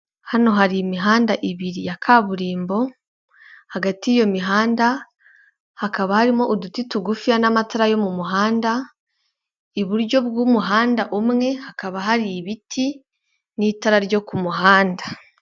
Hano hari imihanda ibiri ya kaburimbo, hagati y'iyo mihanda hakaba harimo uduti tugufiya n'amatara yo mu muhanda, iburyo bw'umuhanda umwe hakaba hari ibiti n'itara ryo ku muhanda.